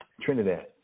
trinidad